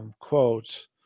Quote